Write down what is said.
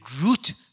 root